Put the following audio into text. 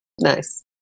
Nice